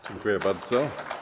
Dziękuję bardzo.